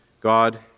God